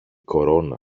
κορώνα